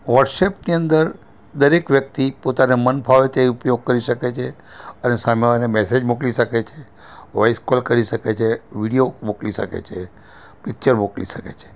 વોટ્સએપની અંદર દરેક વ્યક્તિ પોતાને મન ફાવે તે ઉપયોગ કરી શકે છે અને સામેવાળાને મેસેજ મોકલી શકે છે વોઇસ કોલ કરી શકે છે વિડિયો મોકલી શકે છે પિક્ચર મોકલી શકે છે